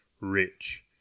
rich